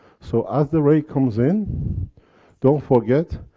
so, as the ray comes in don't forget,